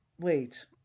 wait